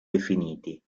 definiti